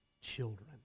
children